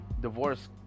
divorce